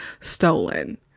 stolen